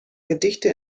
gedichte